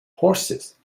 horses